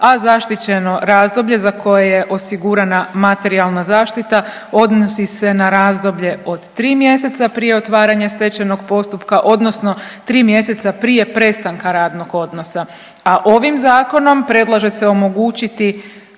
a zaštićeno razdoblje za koje je osigurana materijalna zaštita odnosi se na razdoblje od 3 mjeseca prije otvaranja stečajnog postupka odnosno 3 mjeseca prije prestanka radnog odnosa, a ovim Zakonom predlaže se omogućiti